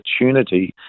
opportunity